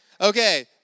Okay